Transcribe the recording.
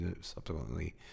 subsequently